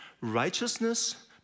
righteousness